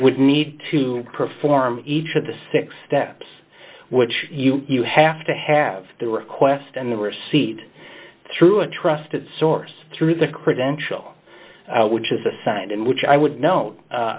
would need to perform each of the six steps which you have to have the request and the receipt through a trusted source through the credential which is assigned and which i would know